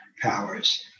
powers